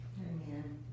Amen